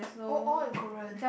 oh all in Korean